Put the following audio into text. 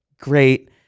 Great